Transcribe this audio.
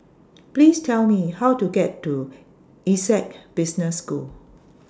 Please Tell Me How to get to Essec Business School